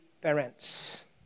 parents